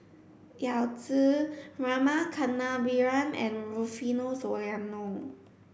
Yao Zi Rama Kannabiran and Rufino Soliano